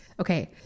Okay